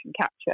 capture